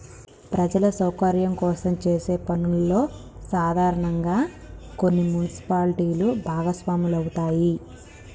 ప్రజల సౌకర్యం కోసం చేసే పనుల్లో సాధారనంగా కొన్ని మున్సిపాలిటీలు భాగస్వాములవుతాయి